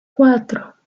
cuatro